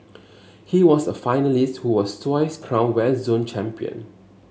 he was a finalist who was twice crowned West Zone Champion